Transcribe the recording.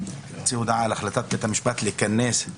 תוספת לתקנות המקוריות.